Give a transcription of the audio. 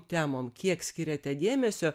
temom kiek skiriate dėmesio